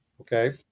Okay